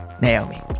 Naomi